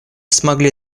смогли